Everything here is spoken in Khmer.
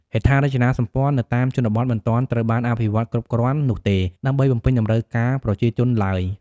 ហេដ្ឋារចនាសម្ព័ន្ធនៅតាមជនបទមិនទាន់ត្រូវបានអភិវឌ្ឍគ្រប់គ្រាន់នោះទេ ដើម្បីបំពេញតម្រូវការប្រជាជនឡើយ។